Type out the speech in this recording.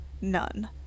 none